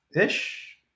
ish